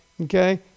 okay